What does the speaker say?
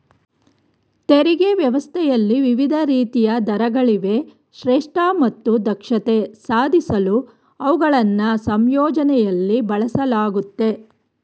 ತೆರಿಗೆ ವ್ಯವಸ್ಥೆಯಲ್ಲಿ ವಿವಿಧ ರೀತಿಯ ದರಗಳಿವೆ ಶ್ರೇಷ್ಠ ಮತ್ತು ದಕ್ಷತೆ ಸಾಧಿಸಲು ಅವುಗಳನ್ನ ಸಂಯೋಜನೆಯಲ್ಲಿ ಬಳಸಲಾಗುತ್ತೆ